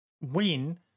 win